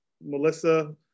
melissa